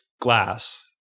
glass